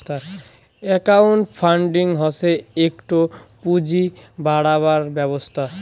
crowd funding হসে একটো পুঁজি বাড়াবার ব্যবস্থা